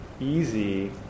easy